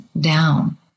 down